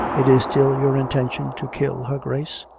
it is still your intention to kill her grace?